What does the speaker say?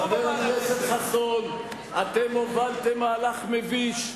חבר הכנסת חסון, אתם הובלתם מהלך מביש,